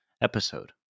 episode